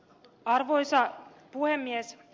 arvoisa puhemies